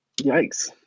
Yikes